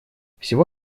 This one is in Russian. всего